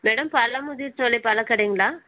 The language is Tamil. மேடம் பழமுதிர்சோலை பழக் கடைங்களா